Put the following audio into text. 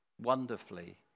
wonderfully